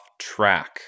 track